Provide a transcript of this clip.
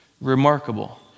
remarkable